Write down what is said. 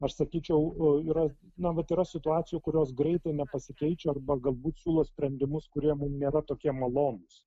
aš sakyčiau yra na vat yra situacijų kurios greitai nepasikeičia arba galbūt siūlo sprendimus kurie mum nėra tokie malonūs